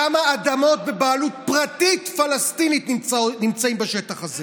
כמה אדמות בבעלות פרטית פלסטינית נמצאים בשטח הזה?